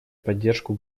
поддержку